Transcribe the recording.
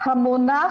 המונח